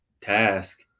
task